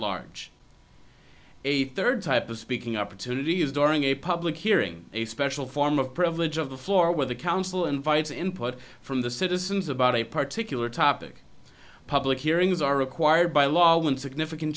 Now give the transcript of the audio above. large a third type of speaking opportunity is during a public hearing a special form of privilege of the floor where the council invites input from the citizens about a particular topic public hearings are required by law when significant